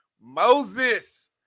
Moses